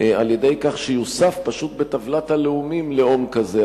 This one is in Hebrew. על-ידי כך שיוסף, פשוט, בטבלת הלאומים לאום כזה.